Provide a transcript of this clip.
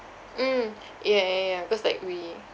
mm ya ya ya cause like we